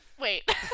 Wait